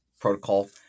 protocol